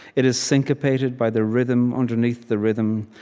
it is syncopated by the rhythm underneath the rhythm,